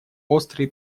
острые